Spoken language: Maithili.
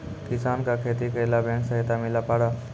किसान का खेती करेला बैंक से सहायता मिला पारा?